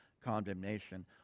condemnation